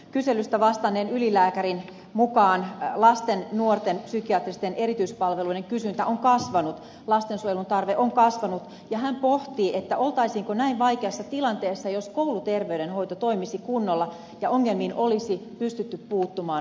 kyselystä vastanneen ylilääkärin mukaan lasten nuorten psykiatristen erityispalveluiden kysyntä on kasvanut lastensuojelun tarve on kasvanut ja hän pohtii oltaisiinko näin vaikeassa tilanteessa jos kouluterveydenhoito toimisi kunnolla ja ongelmiin olisi pystytty puuttumaan ajoissa